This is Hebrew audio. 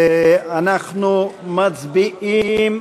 אנחנו מצביעים,